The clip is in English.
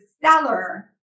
seller